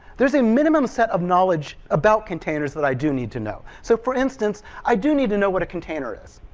there is a minimum set of knowledge about containers but i do need to know. so for instance, i do need to know what a container is.